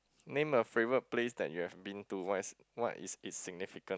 name a favourite place that you have been to what's what is insignificant